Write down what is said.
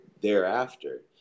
thereafter